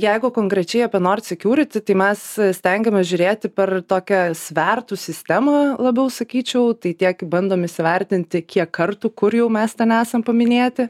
jeigu konkrečiai apie nord security tai mes stengiamės žiūrėti per tokią svertų sistemą labiau sakyčiau tai tiek bandom įsivertinti kiek kartų kur jau mes ten esam paminėti